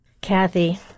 Kathy